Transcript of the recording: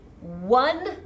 one